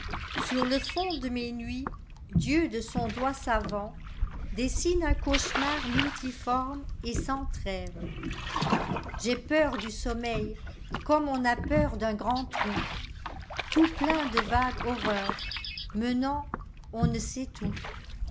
sur le fond de mes nuits dieu de son doigt savantdessine un cauchemar multiforme et sans trêve j'ai peur du sommeil comme on a peur d'un grand trou tout plein de vague horreur menant on ne sait où